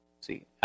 see